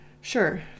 sure